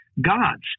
gods